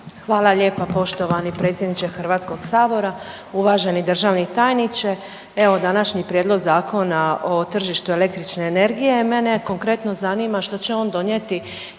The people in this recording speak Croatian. Hvala lijepa poštovani predsjedniče HS-a, uvaženi državni tajniče, evo, današnji Prijedlog Zakona o tržištu električne energije, mene konkretno zanima što će on donijeti